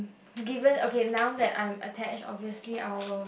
given okay now that I'm attached obviously I will